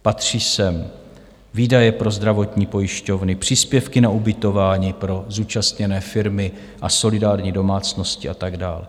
Patří sem výdaje pro zdravotní pojišťovny, příspěvky na ubytování pro zúčastněné firmy a solidární domácnosti, a tak dál.